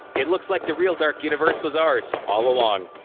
it looks like the real dark universe was ours, all along.